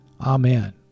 Amen